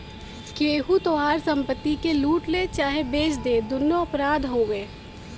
केहू तोहार संपत्ति के लूट ले चाहे बेच दे दुन्नो अपराधे हउवे